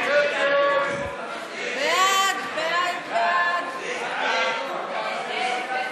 ההסתייגות של קבוצת סיעת הרשימה המשותפת לסעיף תקציבי 98,